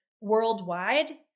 worldwide